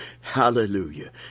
Hallelujah